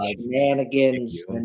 shenanigans